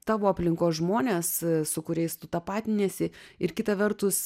tavo aplinkos žmonės su kuriais tu tapatiniesi ir kita vertus